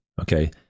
Okay